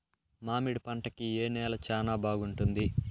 మామిడి పంట కి ఏ నేల చానా బాగుంటుంది